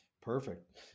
Perfect